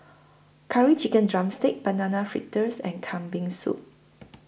Curry Chicken Drumstick Banana Fritters and Kambing Soup